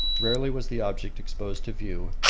rarely was the object exposed to view,